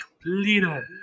Completed